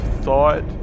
thought